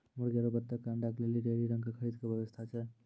मुर्गी आरु बत्तक के अंडा के लेली डेयरी रंग के खरीद के व्यवस्था छै कि?